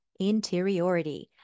interiority